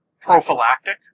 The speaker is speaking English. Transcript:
prophylactic